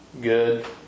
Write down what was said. good